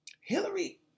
Hillary